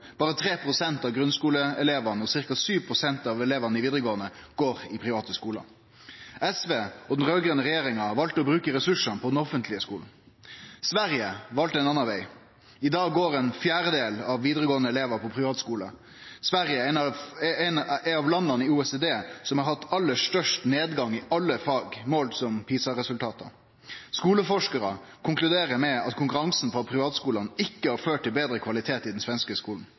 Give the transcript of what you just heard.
berre 3 pst. av grunnskuleelevane og ca. 7 pst. av elevane i vidaregåande går i private skular. SV og den raud-grøne regjeringa valde å bruke ressursane på den offentlege skulen. Sverige valde ein annan veg. I dag går ein fjerdedel av vidaregåande elevar på privatskule. Sverige er av landa i OECD som har hatt aller størst nedgang i alle fag, målt som PISA-resultat. Skuleforskarar konkluderer med at konkurransen på privatskulane ikkje har ført til betre kvalitet i den svenske